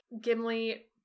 Gimli